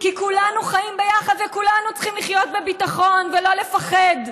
כי כולנו חיים ביחד וכולנו צריכים לחיות בביטחון ולא לפחד מהחיים,